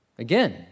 Again